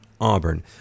Auburn